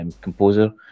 composer